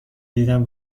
دیدن